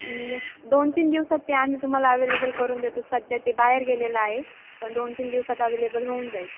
न दोन तीन दिवसात ते आम्ही तुम्हाला अवेलेबल करून देतो सध्या ते बाहेर गेलेलं आहेत पण दोन तीन दिवसात अवेलेबल होऊन जाईल